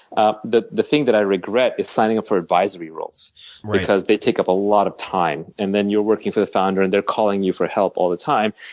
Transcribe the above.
the the thing that i regret is signing up for advisory roles because they take up a lot of time. and then you're working for the founder, and they're calling you for help all the time.